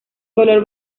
color